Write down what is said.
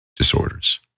disorders